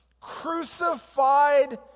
crucified